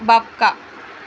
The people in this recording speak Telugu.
బక్క